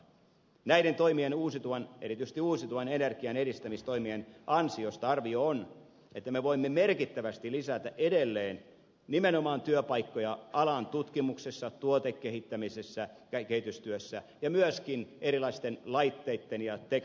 näiden toimien erityisesti uusiutuvan energian edistämistoimien ansiosta arvio on että me voimme merkittävästi lisätä edelleen nimenomaan työpaikkoja alan tutkimuksessa tuotekehittämisessä ja kehitystyössä ja myöskin erilaisten laitteitten ja teki